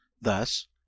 Thus